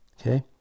Okay